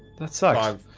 that's a